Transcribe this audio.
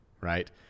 right